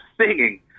singing